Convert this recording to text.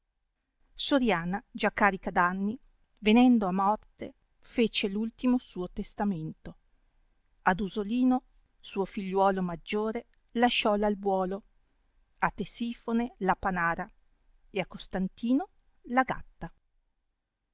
soriana già carica d anni venendo a morte fece l'ultimo suo testamento e a dusolino suo figliuolo maggiore lasciò r albuolo a tesifone la panara e a costantino la gatta